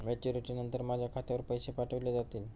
Maturity नंतर माझ्या खात्यावर पैसे पाठविले जातील?